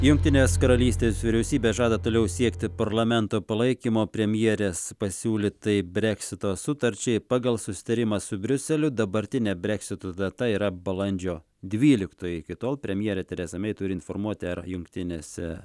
jungtinės karalystės vyriausybė žada toliau siekti parlamento palaikymo premjerės pasiūlytai breksito sutarčiai pagal susitarimą su briuseliu dabartinė breksito data yra balandžio dvyliktoji iki tol premjerė tereza mei turi informuoti ar jungtinėse